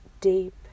deep